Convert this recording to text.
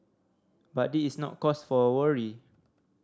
but this is no cause for worry